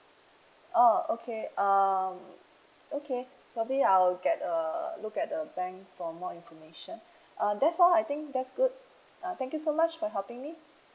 oh okay um okay maybe I will get a look at the bank for more information uh that's all I think that's good uh thank you so much for helping me